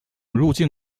入境